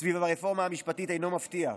סביב הרפורמה המשפטית אינו מפתיע,